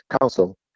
Council